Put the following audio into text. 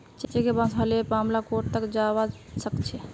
cheque bounce हले पर मामला कोर्ट तक पहुंचे जबा सकछे